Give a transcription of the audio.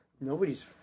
Nobody's